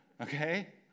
Okay